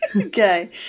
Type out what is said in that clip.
okay